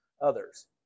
others